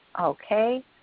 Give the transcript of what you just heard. Okay